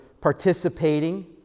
participating